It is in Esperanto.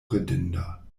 ridinda